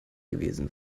gewesen